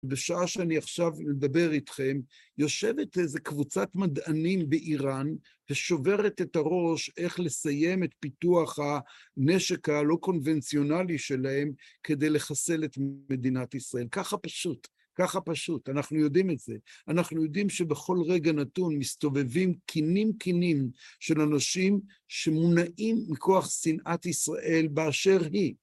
בשעה שאני עכשיו אדבר איתכם, יושבת איזה קבוצת מדענים באיראן, ושוברת את הראש איך לסיים את פיתוח הנשק הלא קונבנציונלי שלהם, כדי לחסל את מדינת ישראל. ככה פשוט, ככה פשוט, אנחנו יודעים את זה. אנחנו יודעים שבכל רגע נתון מסתובבים קינים קינים של אנשים שמונעים מכוח שנאת ישראל באשר היא.